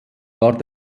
war